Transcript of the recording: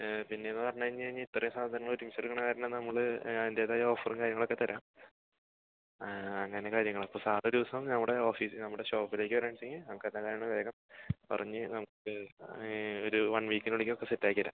പിന്നെയെന്നു പറഞ്ഞ് കഴിഞ്ഞു കഴിഞ്ഞാൽ ഇത്രയും സാധനങ്ങൾ ഒരുമിച്ചെടുക്കണ കാരണം നമ്മൾ ആതിൻ്റേതായ ഓഫറും കാര്യങ്ങളൊക്കെ തരാം അങ്ങനെയാണ് കാര്യങ്ങൾ അപ്പം സാറൊരു ദിവസം നമ്മുടെ ഓഫീസ് നമ്മുടെ ഷോപ്പിലേക്ക് വരണുണ്ടെങ്കിൽ നമുക്ക് എന്തെല്ലാമാണ് വേഗം പറഞ്ഞു നമുക്ക് ഒരു വൺ വീക്കിനുള്ളിലേക്ക് ഒക്കെ സെറ്റ് ആക്കിത്തരാം